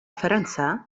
فرنسا